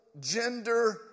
gender